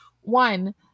one